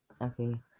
okay